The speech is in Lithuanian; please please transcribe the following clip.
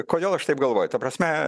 kodėl aš taip galvoju ta prasme